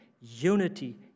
Unity